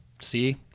See